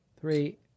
Three